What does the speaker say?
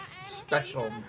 Special